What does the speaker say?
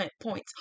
points